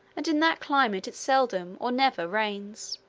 and in that climate it seldom or never rains.